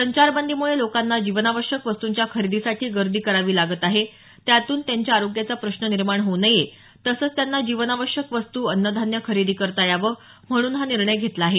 संचारबंदीमुळे लोकांना जीवनावश्यक वस्तूंच्या खरेदीसाठी गर्दी करावी लागत आहे त्यातून त्यांच्या आरोग्याचा प्रश्न निर्माण होऊ नये तसंच त्यांना जीवनावश्यक वस्तू अन्न धान्य खरेदी करता यावं म्हणून हा निर्णय घेतला आहे